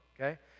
Okay